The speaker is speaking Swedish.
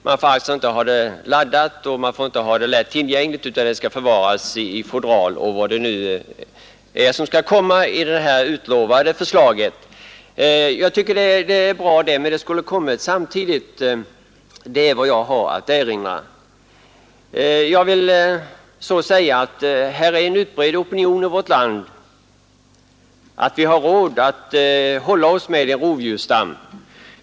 Vapnet får inte vara laddat och inte heller vara lätt tillgängligt. Det skall förvaras i fodral. Detta är nog bra, men dessa saker skulle ha kommit med i propositionen. Detta är vad jag har att erinra. En utbredd opinion i vårt land tycker att vi har råd att hålla oss med en rovdjursstam.